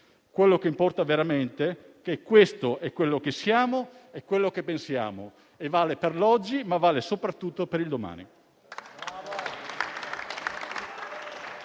Ciò che importa veramente è che questo è ciò che siamo e che pensiamo e vale per l'oggi, ma soprattutto per il domani.